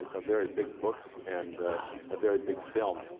a very big book and a very big film.